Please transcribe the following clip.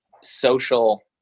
social